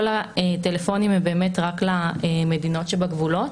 כל הטלפונים הם באמת רק למדינות שגבולות,